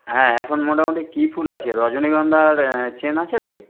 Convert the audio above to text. হ্যাঁ এখন মোটামুটি কি ফুল আছে রজনীগন্ধার চেন আছে তো